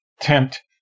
tempt